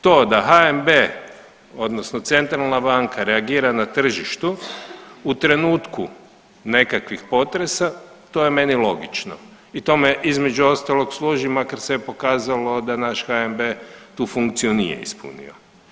To da HNB odnosno centralna banka reagira na tržištu u trenutku nekakvih potresa to je meni logično i tome između ostalog službi makar se je pokazalo da naš HNB tu funkciju nije ispunio.